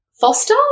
Foster